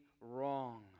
wrong